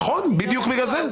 נכון, בדיוק בגלל זה.